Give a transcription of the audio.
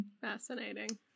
Fascinating